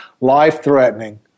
life-threatening